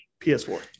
PS4